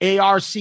ARC